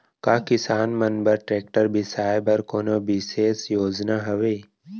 का किसान मन बर ट्रैक्टर बिसाय बर कोनो बिशेष योजना हवे?